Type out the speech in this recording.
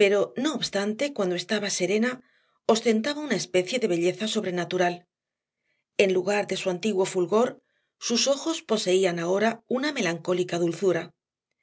pero no obstante cuando estaba serena ostentaba una especie de belleza sobrenatural en lugar de su antiguo fulgor sus ojos poseían ahora una melancólica dulzura